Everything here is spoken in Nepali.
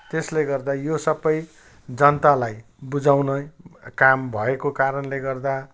त्यसले गर्दा यो सबै जनतालाई बुझाउने काम भएको कारणले गर्दा